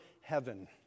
heaven